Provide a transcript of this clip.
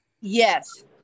Yes